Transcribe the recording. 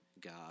God